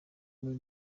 muri